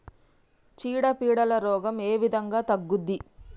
చీడ పీడల రోగం ఏ విధంగా తగ్గుద్ది?